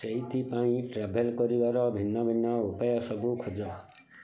ସେଇଥି ପାଇଁ ଟ୍ରାଭେଲ୍ କରିବାର ଭିନ୍ନ ଭିନ୍ନ ଉପାୟ ସବୁ ଖୋଜ